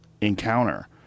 encounter